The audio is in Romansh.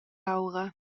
aura